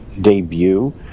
debut